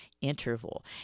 interval